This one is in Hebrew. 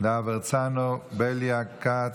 להב הרצנו, בליאק, כץ,